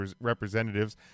representatives